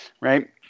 Right